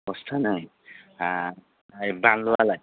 बस्थानै ओमफ्राय बानलुआलाय